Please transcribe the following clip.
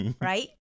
Right